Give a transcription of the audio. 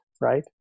right